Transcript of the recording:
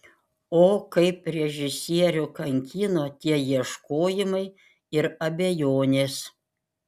o kaip režisierių kankino tie ieškojimai ir abejonės